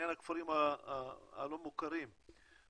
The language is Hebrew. בעניין הכפרים הלא מוכרים.